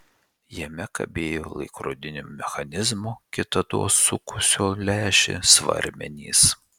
jame kabėjo laikrodinio mechanizmo kitados sukusio lęšį svarmenys